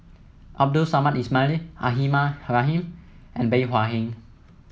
Abdul Samad Ismail Rahimah Rahim and Bey Hua Heng